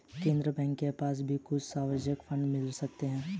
केन्द्रीय बैंक के पास भी कुछ सॉवरेन फंड मिल सकते हैं